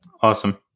Awesome